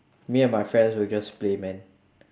me and my friends will just play man